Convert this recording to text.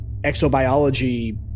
exobiology